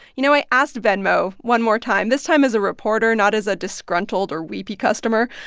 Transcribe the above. you know, i asked venmo one more time this time as a reporter not as a disgruntled or weepy customer.